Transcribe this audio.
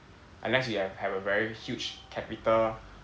unless you have have a very huge capital